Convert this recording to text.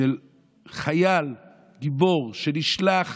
של חייל גיבור שנשלח